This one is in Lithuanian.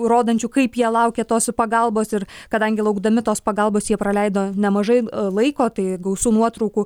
rodančių kaip jie laukia tos pagalbos ir kadangi laukdami tos pagalbos jie praleido nemažai laiko tai gausu nuotraukų